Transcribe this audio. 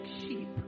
sheep